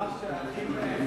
השר שהכי מספק,